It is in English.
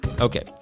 Okay